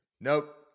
Nope